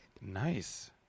Nice